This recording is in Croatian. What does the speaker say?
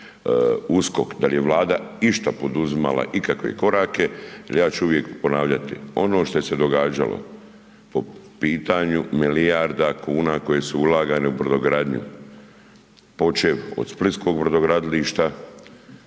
USKOK, da li je Vlada išta poduzimala ikakve korake, jer ja ću uvijek ponavljati. Ono šta je se događalo po pitanju milijarda kuna koje su ulagane u brodogradnju, počev o Splitskog brodogradilišta